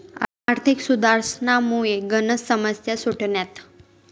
आर्थिक सुधारसनामुये गनच समस्या सुटण्यात